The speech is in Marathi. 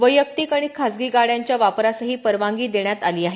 वैयक्तिक आणि खाजगी गाड्यांच्या वापरासही परवानगी देण्यात आली आहे